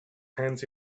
hands